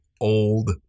old